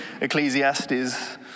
Ecclesiastes